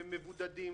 מבודדים.